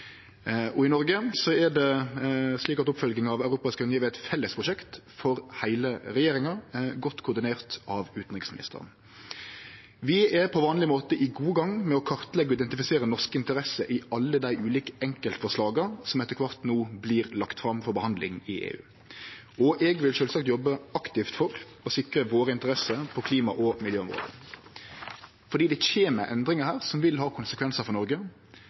I Noreg er oppfølginga av Europas grøne giv eit fellesprosjekt for heile regjeringa, godt koordinert av utanriksministeren. Vi er på vanleg måte godt i gang med å kartleggje og identifisere norske interesser i alle dei ulike enkeltforslaga som etter kvart no vert lagde fram for behandling i EU. Eg vil sjølvsagt jobbe aktivt for å sikre våre interesser på klima- og miljøområdet, for det kjem endringar her som vil ha konsekvensar for Noreg.